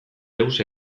deus